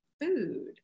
food